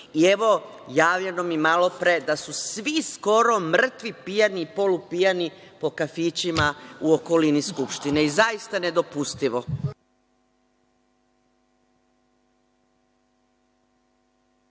Evo, javljeno mi je malopre da su svi skoro mrtvi pijani, polupijani po kafićima u okolini Skupštine. Zaista nedopustivo.